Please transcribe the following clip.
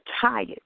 tired